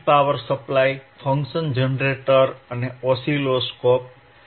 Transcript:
power supply function generator અને oscilloscope છે